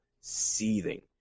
seething